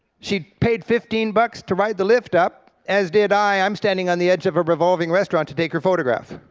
she paid fifteen bucks to ride the lift up, as did i. i'm standing on the edge of a revolving restaurant to take her photograph.